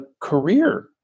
career